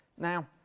Now